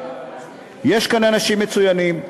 יש כאן אנשים מצוינים.